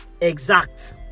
exact